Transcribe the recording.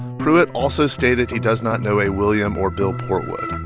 pruitt also stated he does not know a william or bill portwood.